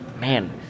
man